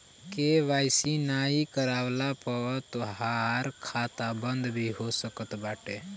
KYC नाइ करववला पअ तोहार खाता बंद भी हो सकत बाटे